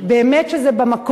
זה באמת במקום.